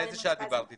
באיזה שעה דיברת איתה?